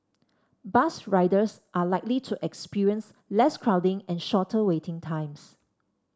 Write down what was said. bus riders are likely to experience less crowding and shorter waiting times